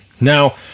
Now